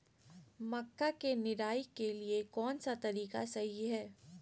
मक्का के निराई के लिए कौन सा तरीका सही है?